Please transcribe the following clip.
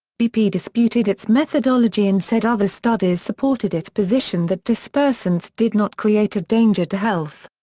bp disputed its methodology and said other studies supported its position that dispersants did not create a danger to health.